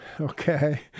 Okay